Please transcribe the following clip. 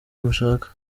mushaka